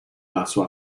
vaso